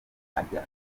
ajya